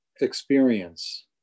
experience